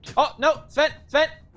oh no sit sit